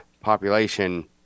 population